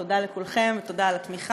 תודה לכולכם, תודה על התמיכה.